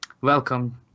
welcome